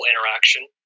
interaction